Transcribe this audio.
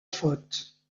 faute